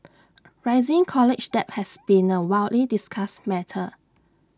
rising college debt has been A widely discussed matter